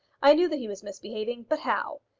i knew that he was misbehaving but how?